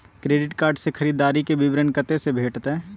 Credit card से खरीददारी के विवरण कत्ते से भेटतै?